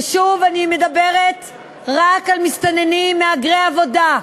ושוב, אני מדברת רק על מסתננים מהגרי עבודה.